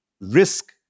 risk